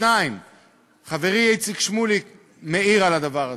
2. חברי איציק שמולי מעיר על הדבר הזה: